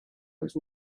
much